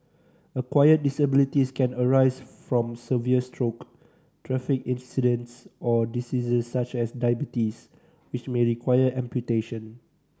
acquired disabilities can arise from severe stroke traffic accidents or diseases such as diabetes which may require amputation